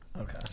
okay